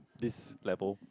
this level